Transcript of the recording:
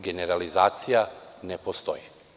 Generalizacija ne postoji.